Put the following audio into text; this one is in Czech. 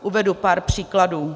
Uvedu pár příkladů.